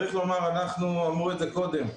אמרו את זה קודם,